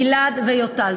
גלעד ויוטל.